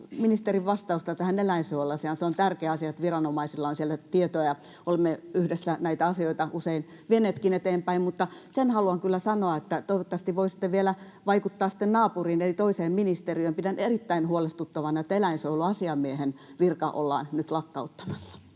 ministerin vastausta tähän eläinsuojeluasiaan. Se on tärkeä asia, että viranomaisilla on siellä tietoja. Olemme yhdessä näitä asioita usein vieneetkin eteenpäin. Mutta sen haluan kyllä sanoa, että toivottavasti voisitte vielä vaikuttaa sitten naapuriin eli toiseen ministeriöön. Pidän erittäin huolestuttavana, että eläinsuojeluasiamiehen virka ollaan nyt lakkauttamassa.